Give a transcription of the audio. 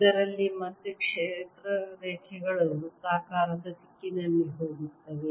ಇದರಲ್ಲಿ ಮತ್ತೆ ಕ್ಷೇತ್ರ ರೇಖೆಗಳು ವೃತ್ತಾಕಾರದ ದಿಕ್ಕಿನಲ್ಲಿ ಹೋಗುತ್ತವೆ